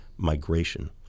migration